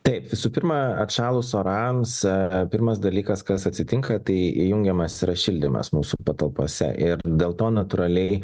taip visų pirma atšalus orams pirmas dalykas kas atsitinka tai įjungiamas yra šildymas mūsų patalpose ir dėl to natūraliai